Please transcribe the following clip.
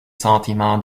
sentiments